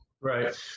Right